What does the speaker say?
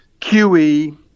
QE